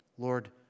Lord